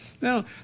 Now